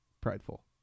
prideful